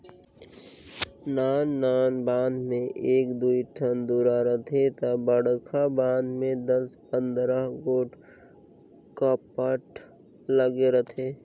नान नान बांध में एक दुई ठन दुरा रहथे ता बड़खा बांध में दस पंदरा गोट कपाट लगे रथे